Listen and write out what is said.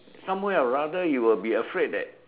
somewhere or rather you will be afraid that